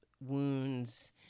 wounds